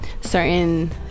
certain